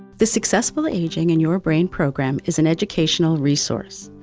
the successful aging and your brain program is an educational resource.